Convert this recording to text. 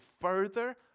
further